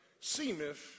seemeth